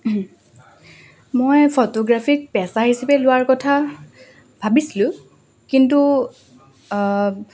মই ফটোগ্ৰাফীক পেচা হিচাপে লোৱাৰ কথা ভাবিছিলোঁ কিন্তু